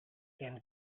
can